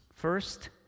First